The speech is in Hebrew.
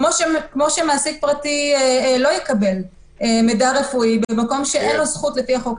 וכמו שמעסיק פרטי לא יקבל מידע רפואי במקום שאין לו זכות לקבל לפי החוק,